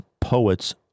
poets